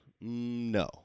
No